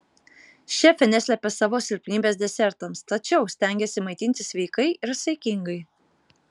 šefė neslepia savo silpnybės desertams tačiau stengiasi maitintis sveikai ir saikingai